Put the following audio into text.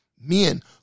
men